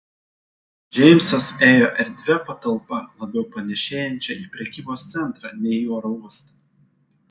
džeimsas ėjo erdvia patalpa labiau panėšėjančia į prekybos centrą nei į oro uostą